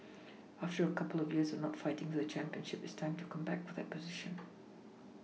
after a couple of years of not fighting for the championship it's time to come back to that position